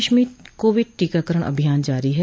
प्रदेश में कोविड टीकाकरण अभियान जारी है